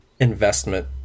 investment